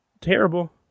terrible